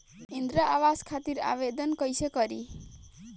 इंद्रा आवास खातिर आवेदन कइसे करि?